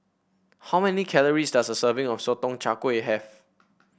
how many calories does a serving of Sotong Char Kway have